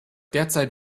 derzeit